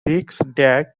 riksdag